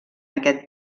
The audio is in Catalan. aquest